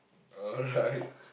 alright